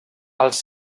els